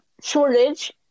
Shortage